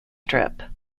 trip